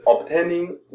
obtaining